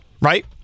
right